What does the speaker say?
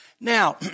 Now